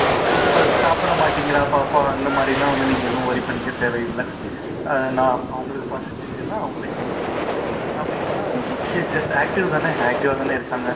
இப்போ சாப்பிட மாட்டிங்கறா பாப்பா அந்த மாதிரிலாம் வந்து நீங்கள் எதுவும் ஓரி பண்ணிக்க தேவையில்லை அதை நான் அவங்களுக்கு பசிச்சுச்சின்னா அவங்களே கண்டிப்பாக சாப்பிடுவாங்க அப்படி இல்லைனா ஷி இஸ் ஜஸ்ட் ஆக்டிவ் தானே ஆக்டிவாக தான இருக்காங்க